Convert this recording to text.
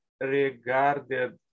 regarded